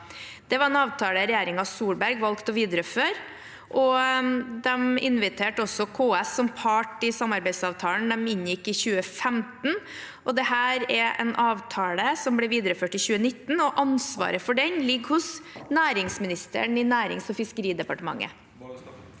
Det var en avtale regjeringen Solberg valgte å videreføre, og de inviterte også KS som part i samarbeidsavtalen de inngikk i 2015. Dette er en avtale som ble videreført i 2019, og ansvaret for den ligger hos næringsministeren i Nærings- og fiskeridepartementet.